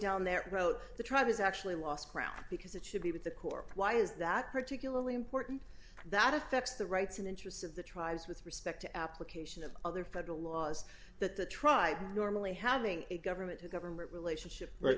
down that road the tribe has actually lost ground because it should be with the corp why is that particularly important that affects the rights and interests of the tribes with respect to application of other federal laws that the tribe normally having a government to government relationship but